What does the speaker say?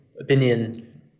opinion